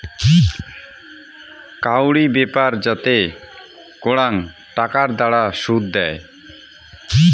কাউরি ব্যাপার যাতে করাং টাকার দ্বারা শুধ দেয়